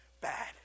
bad